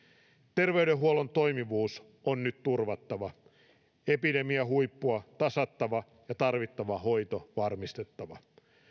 terveydenhuollon toimivuus on nyt turvattava epidemiahuippua tasattava ja tarvittava hoito varmistettava